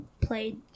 played